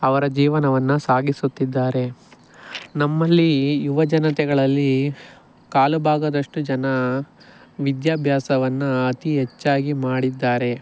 ಅವರ ಜೀವನವನ್ನು ಸಾಗಿಸುತ್ತಿದ್ದಾರೆ ನಮ್ಮಲ್ಲಿ ಯುವಜನತೆಗಳಲ್ಲಿ ಕಾಲುಭಾಗದಷ್ಟು ಜನ ವಿದ್ಯಾಭ್ಯಾಸವನ್ನ ಅತೀ ಹೆಚ್ಚಾಗಿ ಮಾಡಿದ್ದಾರೆ